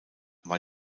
war